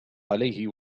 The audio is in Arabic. عليه